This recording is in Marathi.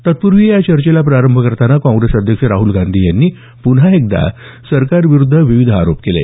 तत्पूर्वी या चर्चेला प्रारंभ करताना काँग्रेस अध्यक्ष राहुल गांधी यांनी पुन्हा एकदा सरकारविरूद्ध विविध आरोप केले